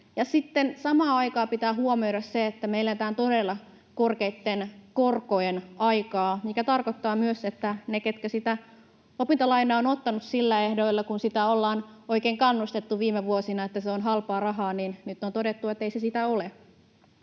samaan aikaan pitää huomioida se, että me eletään todella korkeitten korkojen aikaa, mikä tarkoittaa myös, että ne, ketkä opintolainaa ovat ottaneet, kun ollaan oikein kannustettu viime vuosina, että se on halpaa rahaa, ovat nyt todenneet, ettei se niillä